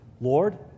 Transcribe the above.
Lord